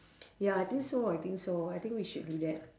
ya I think so I think so I think we should do that